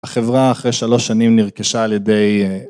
החברה אחרי שלוש שנים נרכשה על ידי